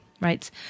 writes